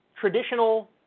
traditional